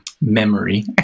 memory